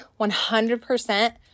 100%